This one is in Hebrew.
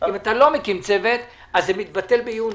אם אתה לא מקים צוות אז זה מתבטל ביוני".